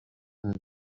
une